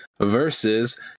versus